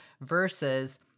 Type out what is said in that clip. versus